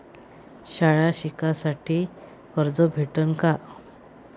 शाळा शिकासाठी कर्ज भेटन का?